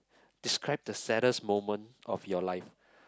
describe the saddest moment of your life